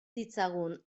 ditzagun